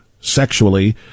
sexually